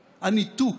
הניתוק.